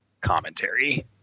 commentary